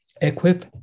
equip